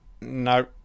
no